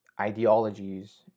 ideologies